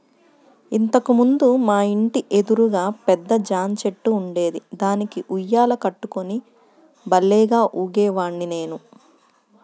ఇంతకు ముందు మా ఇంటి ఎదురుగా పెద్ద జాంచెట్టు ఉండేది, దానికి ఉయ్యాల కట్టుకుని భల్లేగా ఊగేవాడ్ని నేను